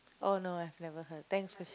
oh no I've never heard thanks